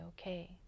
okay